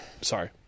sorry